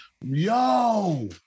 yo